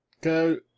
Go